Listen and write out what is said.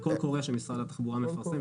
בקול קורא שמשרד התחבורה מפרסם.